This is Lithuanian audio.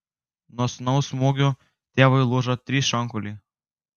nuo sūnaus smūgių tėvui lūžo trys šonkauliai